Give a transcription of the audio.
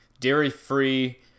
Dairy-free